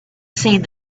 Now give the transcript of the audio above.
seen